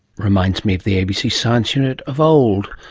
reminds me of the abc science unit of old.